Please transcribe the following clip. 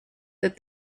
that